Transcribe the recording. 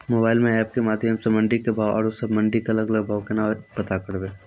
Mobile म app के माध्यम सऽ मंडी के भाव औरो सब मंडी के अलग अलग भाव केना पता करबै?